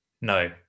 No